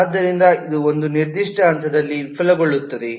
ಆದ್ದರಿಂದ ಇದು ಒಂದು ನಿರ್ದಿಷ್ಟ ಹಂತದಲ್ಲಿ ವಿಫಲಗೊಳ್ಳುತ್ತದೆ